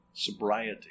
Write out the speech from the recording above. sobriety